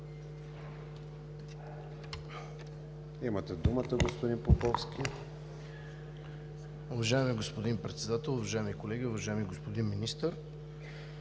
Имате думата, господин Поповски.